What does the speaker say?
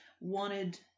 wanted